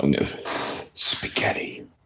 Spaghetti